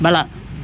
ಬಲ